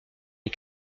les